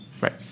Right